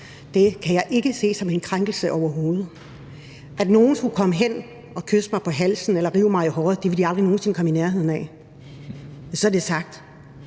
Det kan jeg ikke se som en krænkelse overhovedet. I forhold til at nogen skulle komme hen og kysse mig på halsen eller rive mig i håret, vil jeg sige: Det ville de aldrig nogen sinde komme i nærheden af – så er det sagt.